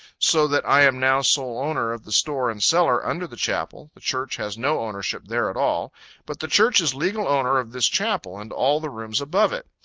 so that i am now sole owner of the store and cellar under the chapel the church has no ownership there at all but the church is legal owner of this chapel and all the rooms above it.